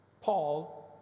Paul